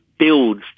builds